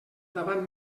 davant